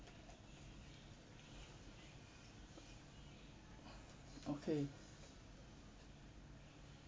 okay